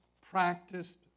practiced